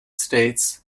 states